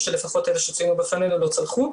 שלפחות אלו שציינו בפנינו לא צלחו.